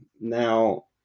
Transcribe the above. now